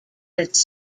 its